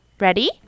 Ready